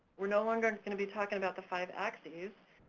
we're no longer gonna be talking about the five axes,